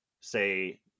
say